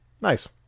nice